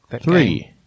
Three